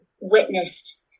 witnessed